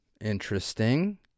Interesting